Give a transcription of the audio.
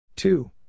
Two